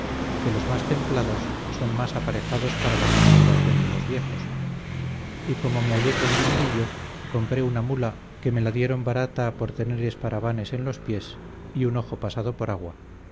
que los más templados son más aparejados para la conservación de los viejos y como me hallé con dinerillo compré una mula que me la dieron barata por tener esparavanes en los pies y un ojo pasado por agua